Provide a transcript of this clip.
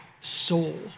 soul